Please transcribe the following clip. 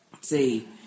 See